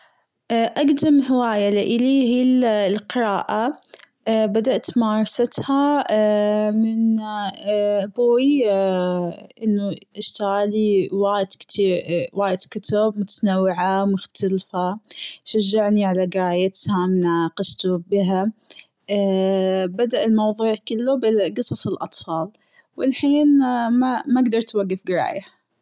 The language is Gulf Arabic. أقدم هواية لألي هي القراءة، بدأت ممارستها من أبوي أنه اشترى لي وايد كتير وايد كتب متنوعة مختلفة، شجعني على قرايتها مناقشته بها بدأ الموضوع كله بقصص الأطفال، والحين ما-ما قدرت أوقف قراءة.